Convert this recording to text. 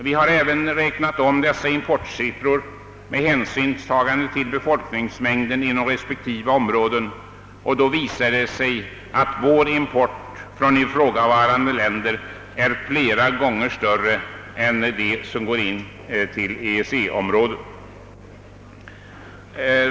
Vi har även räknat om dessa importsiffror med hänsynstagande till folkmängden inom respektive område. Då visar det sig att vår import från ifrågavarande länder är flera gånger större än den import som går till EEC-området.